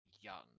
young